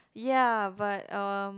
ya but uh